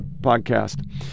podcast